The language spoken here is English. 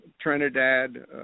Trinidad